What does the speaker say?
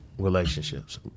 relationships